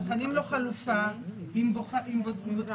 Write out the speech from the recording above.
בוחנים לו חלופה -- אם זה הארכת מעצר.